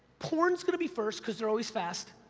porn's gonna be first, cause they're always fast,